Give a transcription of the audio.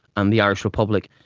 and the irish republic,